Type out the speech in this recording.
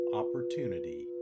opportunity